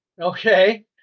Okay